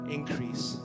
Increase